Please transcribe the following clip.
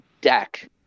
deck